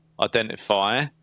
identify